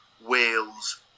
Wales